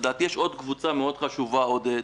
לדעתי, יש עוד קבוצה מאוד, עודד